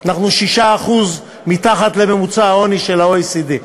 אנחנו 6% מתחת לממוצע העוני של ה-OECD,